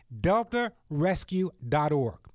DeltaRescue.org